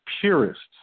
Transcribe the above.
purists